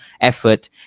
effort